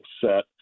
set